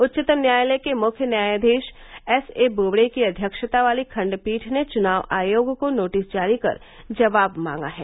उच्चतम न्यायालय के मुख्य न्यायाधीश एस ए बोबड़े की अध्यक्षता वाली खण्डपीठ ने चुनाव आयोग को नोटिस जारी कर जवाब मांगा है